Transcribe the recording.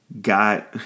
Got